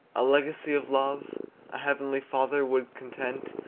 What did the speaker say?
a legacy of love a heavenly father would content,